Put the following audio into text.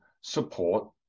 support